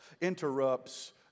interrupts